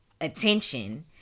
attention